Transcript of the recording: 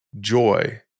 joy